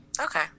Okay